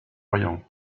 orient